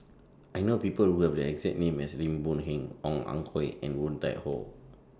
I know People Who Have The exact name as Lim Boon Heng Ong Ah Hoi and Woon Tai Ho